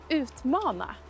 utmana